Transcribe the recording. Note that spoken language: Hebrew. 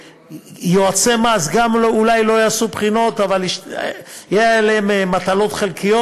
יועצי מס גם אולי לא יעשו בחינות אבל יהיו עליהם מטלות חלקיות.